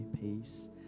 peace